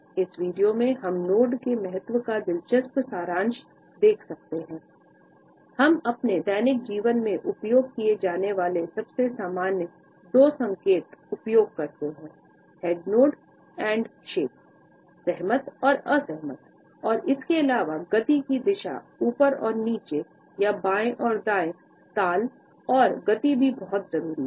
इस वीडियो में हम नोड के महत्व का दिलचस्प सारांश देख सकते हैं हम अपने दैनिक जीवन में उपयोग किए जाने वाले सबसे सामान्य दो संकेत उपयोग करते हैं हेड नोड एंड शेक सहमत और असहमत और इसके अलावा गति की दिशा ऊपर और नीचे या बाएँ और दाएँ ताल और गति भी बहुत जरूरी हैं